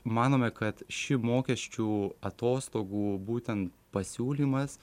manome kad ši mokesčių atostogų būtent pasiūlymas